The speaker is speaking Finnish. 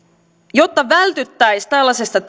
jotta vältyttäisiin tällaiselta